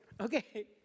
okay